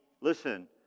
listen